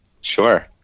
Sure